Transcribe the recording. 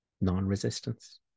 Non-resistance